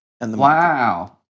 Wow